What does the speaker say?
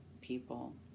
people